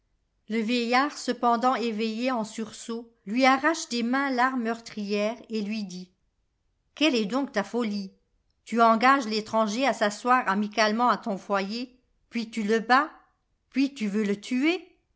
le vieillard cependant éveillé en sursaut lui arrache des mains l'arme meurtrière et lui dit quelle est donc ta folie tu engages l'étranger à s'asseoir amicalement à ton foyer puis tu le bats puis tu veux le tuer